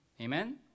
amen